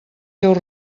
seus